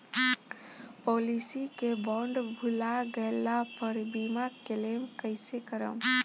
Policy के bond भुला गैला पर बीमा क्लेम कईसे करम?